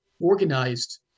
organized